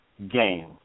game